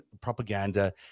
propaganda